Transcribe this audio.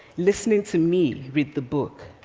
listening to me read the book,